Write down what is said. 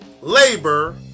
labor